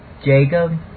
Jacob